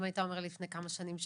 אם היית אומר לי לפני כמה שנים שאני,